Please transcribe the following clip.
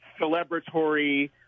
celebratory